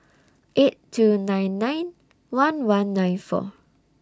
eight two nine nine one one nine four